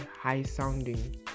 high-sounding